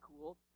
cool